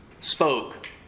spoke